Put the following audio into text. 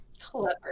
clever